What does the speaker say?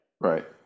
Right